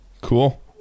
cool